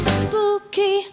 spooky